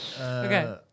Okay